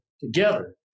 together